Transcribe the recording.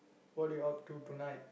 what are you up to tonight